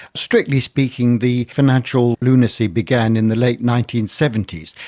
strictly speaking the financial lunacy began in the late nineteen seventy s.